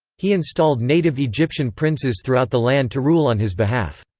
he installed native egyptian princes throughout the land to rule on his behalf.